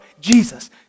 Jesus